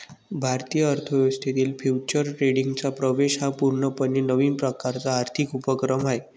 भारतीय अर्थ व्यवस्थेत फ्युचर्स ट्रेडिंगचा प्रवेश हा पूर्णपणे नवीन प्रकारचा आर्थिक उपक्रम आहे